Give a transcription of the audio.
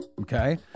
okay